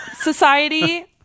society